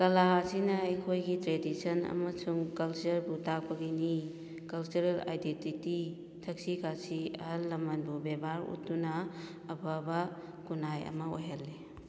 ꯀꯂꯥ ꯑꯁꯤꯅ ꯑꯩꯈꯣꯏꯒꯤ ꯇ꯭ꯔꯦꯗꯤꯁꯟ ꯑꯃꯁꯨꯡ ꯀꯜꯆꯔꯕꯨ ꯇꯥꯛꯄꯒꯤꯅꯤ ꯀꯜꯆꯔꯦꯜ ꯑꯥꯏꯗꯦꯟꯇꯤꯇꯤ ꯊꯛꯁꯤ ꯈꯥꯁꯤ ꯑꯍꯜ ꯂꯝꯃꯟꯕꯨ ꯕꯦꯕꯥꯔ ꯎꯠꯇꯨꯅ ꯑꯐꯕ ꯈꯨꯟꯅꯥꯏ ꯑꯃ ꯑꯣꯏꯍꯜꯂꯤ